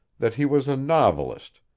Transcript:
that he was a novelist,